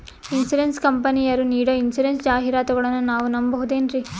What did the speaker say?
Insurance ಕಂಪನಿಯರು ನೀಡೋ insurance ಜಾಹಿರಾತುಗಳನ್ನು ನಾವು ನಂಬಹುದೇನ್ರಿ?